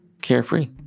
carefree